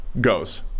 goes